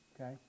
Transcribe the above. okay